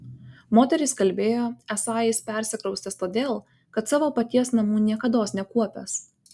moterys kalbėjo esą jis persikraustęs todėl kad savo paties namų niekados nekuopęs